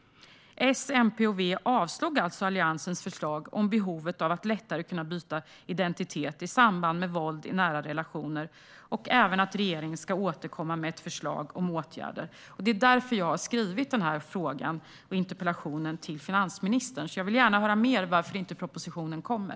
S, MP och V avslog alltså Alliansens förslag om behovet av att lättare kunna byta identitet i samband med våld i nära relationer och även förslaget att regeringen ska återkomma med ett förslag till åtgärder. Det är därför jag har ställt denna interpellation till finansministern. Jag vill gärna höra mer om varför propositionen inte kommer.